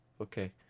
Okay